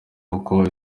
kuko